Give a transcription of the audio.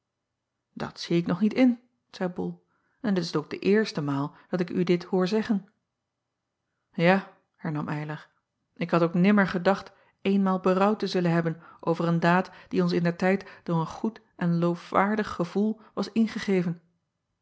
at zie ik nog niet in zeî ol en het is ook de eerste maal dat ik u dit hoor zeggen a hernam ylar ik had ook nimmer gedacht eenmaal berouw te zullen hebben over een daad die ons indertijd door een goed en lofwaardig gevoel was ingegeven